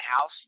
house